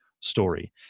story